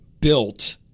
built